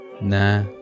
nah